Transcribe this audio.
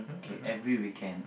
okay every weekend